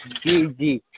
جی جی